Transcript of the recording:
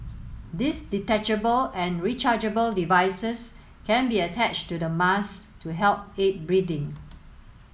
these detachable and rechargeable devices can be attached to the mask to help aid breathing